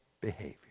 behavior